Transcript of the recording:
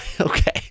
okay